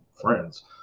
friends